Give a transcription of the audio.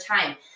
time